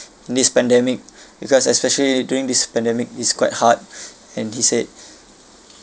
this pandemic because especially during this pandemic it's quite hard and he said